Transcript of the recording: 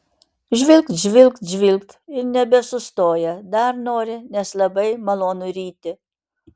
žvilgt žvilgt žvilgt ir nebesustoja dar nori nes labai malonu ryti